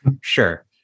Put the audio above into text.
Sure